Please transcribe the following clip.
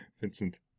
Vincent